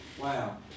Wow